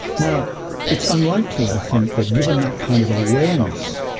now it's unlikely i think, that given that kind of awareness,